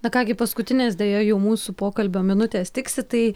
na ką gi paskutinės deja jau mūsų pokalbio minutės tiksi tai